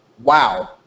wow